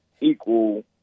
equal